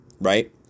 right